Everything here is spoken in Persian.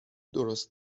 درست